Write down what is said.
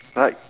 like